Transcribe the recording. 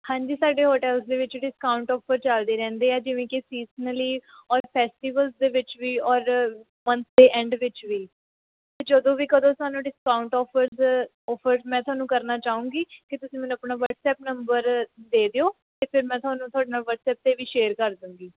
ਹਾਂਜੀ ਸਾਡੇ ਹੋਟਲਜ਼ ਦੇ ਵਿੱਚ ਡਿਸਕਾਊਂਟ ਔਫਰ ਚੱਲਦੇੇ ਰਹਿੰਦੇ ਹੈ ਜਿਵੇਂ ਕਿ ਸੀਜ਼ਨਲੀ ਔਰ ਫੈਸਟੀਵਲਜ਼ ਦੇ ਵਿੱਚ ਵੀ ਔਰ ਮਨਥ ਦੇ ਐਂਡ ਵਿੱਚ ਵੀ ਜਦੋਂ ਵੀ ਕਦੋਂ ਸਾਨੂੰ ਡਿਸਕਾਊਂਟ ਔਫਰਜ਼ ਔਫਰਜ਼ ਮੈਂ ਤੁਹਾਨੂੰ ਕਰਨਾ ਚਾਹੁੰਗੀ ਤਾਂ ਤੁਸੀਂ ਮੈਨੂੰ ਆਪਣਾ ਵੱਟਸਐਪ ਨੰਬਰ ਦੇ ਦਿਓ ਤਾਂ ਫਿਰ ਮੈਂ ਤੁਹਾਨੂੰ ਤੁਹਾਡੇ ਨਾਲ਼ ਵੱਟਸਐਪ 'ਤੇ ਵੀ ਸ਼ੇਅਰ ਕਰਦੂਂਗੀ